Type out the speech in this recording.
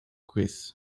quiz